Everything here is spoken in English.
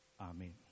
Amen